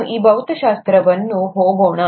ನಾನು ಈಗ ಭೌತಶಾಸ್ತ್ರಕ್ಕೆ ಹೋಗೋಣ